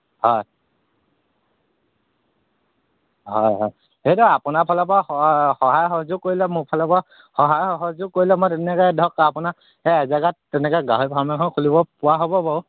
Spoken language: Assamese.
হয় হয় হয় হেৰি নহয় আপোনাৰ ফালৰপৰাও সহায় সহযোগ কৰিলে মোৰ ফালৰপৰাও সহায় সহযোগ কৰিলে মই তেনেকৈ ধৰক আপোনাৰ সেই এজেগাত তেনেকৈ গাহৰি ফাৰ্ম এখন খুলিবপৰা হ'ব বাৰু